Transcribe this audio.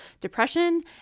depression